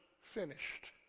finished